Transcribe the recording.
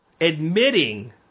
admitting